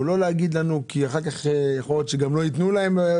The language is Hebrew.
הצבעה אושר.